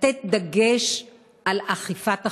לתת דגש על אכיפת החוק.